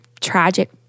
tragic